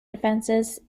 defences